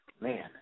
Man